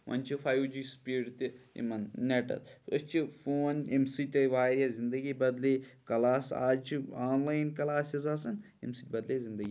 وۄنۍ چھِ five G speed تہِ یِمن نیٹن أسۍ چھِ فون اَمہِ سۭتۍ آیہِ واریاہ زندگی بدلے کلاس آز چھِ آن لاین کلاسس آسان ییٚمہِ سۭتۍ اَمہِ سۭتۍ بدلے زندگی